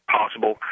possible